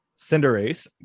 Cinderace